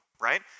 right